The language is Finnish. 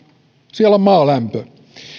siellä on maalämpö